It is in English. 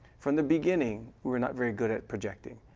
from the beginning, we are not very good at projecting.